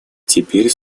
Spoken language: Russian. теперь